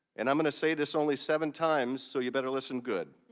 and am going to say this only seven times so you better listen good.